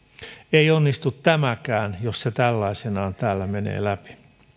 ei onnistu tämäkään jos se tällaisenaan täällä menee läpi